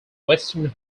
western